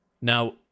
Now